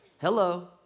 Hello